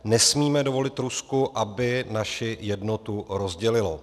Nesmíme dovolit Rusku, aby naši jednotu rozdělilo.